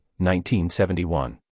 1971